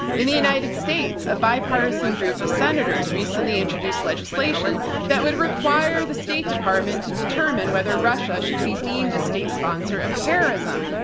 in the united states, a bipartisan group of senators recently introduced legislation that would require the state department to determine whether russia should be deemed a state sponsor of terrorism.